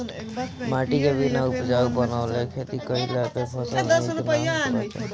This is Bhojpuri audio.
माटी के बिना उपजाऊ बनवले खेती कईला पे फसल निक ना होत बाटे